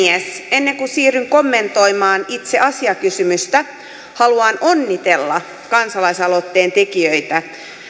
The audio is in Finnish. ennen kuin siirryn kommentoimaan itse asiakysymystä haluan onnitella kansalaisaloitteen tekijöitä